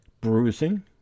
bruising